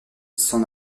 s’en